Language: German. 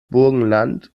burgenland